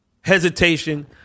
hesitation